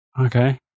Okay